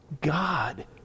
God